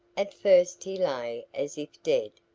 at first he lay as if dead,